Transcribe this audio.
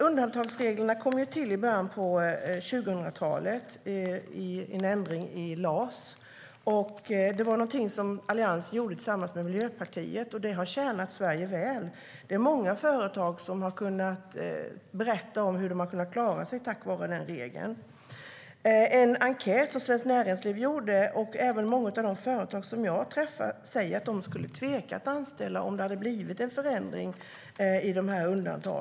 Undantagsreglerna kom till i början av 2000-talet genom en ändring i LAS. Det var någonting som Alliansen gjorde tillsammans med Miljöpartiet, och det har tjänat Sverige väl. Det är många företag som har berättat hur de har kunnat klara sig tack vare den regeln. I en enkät som Svenskt Näringsliv gjorde säger många att de skulle tveka att anställa om det hade blivit en förändring i de här undantagen, och det säger även många av de företagare som jag har träffat.